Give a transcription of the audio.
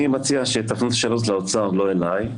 אני מציע שתפנו את השאלות לאוצר, לא אלי.